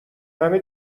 همه